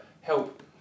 help